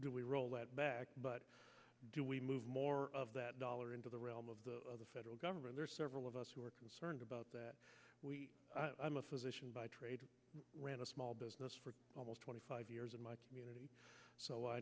do we roll that back but do we move more of that dollar into the realm of the federal government there are several of us who are concerned about that i'm a physician by trade ran a small business for almost twenty five years in my community so i